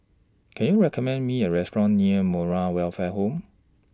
Can YOU recommend Me A Restaurant near Moral Welfare Home